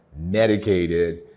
medicated